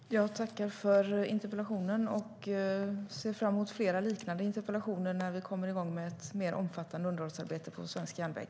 Herr talman! Jag tackar för interpellationen och ser fram emot fler liknande interpellationer när vi kommer igång med ett mer omfattande underhållsarbete på svensk järnväg.